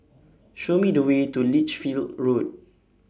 Show Me The Way to Lichfield Road